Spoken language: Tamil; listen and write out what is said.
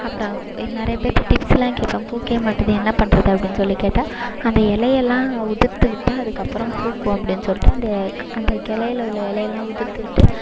அப்புறம் நிறயா பேர்கிட்ட டிப்ஸ்யெலாம் கேட்பேன் பூக்கவே மாட்டேது என்ன பண்ணுறது அப்படினு சொல்லி கேட்டால் அந்த இலையெல்லா உதிர்த்து விட்டால் அதுக்கப்புறம் பூக்கும் அப்படின்னு சொல்லிட்டு அந்த அந்த கிளையில உள்ள இலையெல்லாம் உதிர்த்து விட்டு